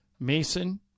Mason